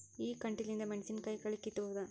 ಈ ಕಂಟಿಲಿಂದ ಮೆಣಸಿನಕಾಯಿ ಕಳಿ ಕಿತ್ತಬೋದ?